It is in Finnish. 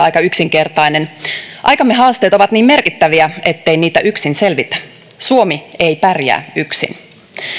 aika yksinkertainen aikamme haasteet ovat niin merkittäviä ettei niistä yksin selvitä suomi ei pärjää yksin